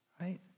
right